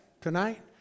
tonight